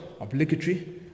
obligatory